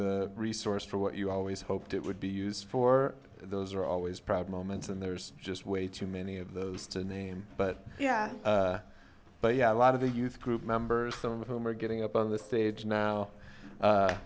the resource for what you always hoped it would be used for those are always proud moments and there's just way too many of those to name but yeah but yeah a lot of the youth group members some of whom are getting up on the stage now